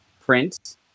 print